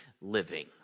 living